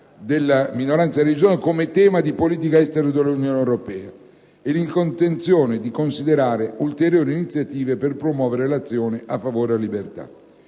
delle minoranze religiose nella politica estera dell'Unione europea e l'intenzione di considerare ulteriori iniziative per promuovere l'azione a favore della libertà